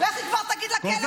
"לכי כבר" תגיד לכלב של אשתך.